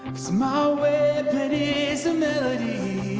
small weapon is a melody